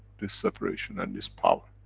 this separation and this power.